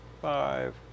five